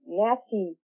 nasty